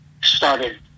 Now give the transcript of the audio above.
started